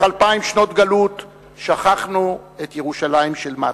אלפיים שנות גלות שכחנו את ירושלים של מטה.